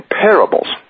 parables